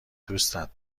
دوستت